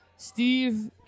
Steve